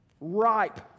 ripe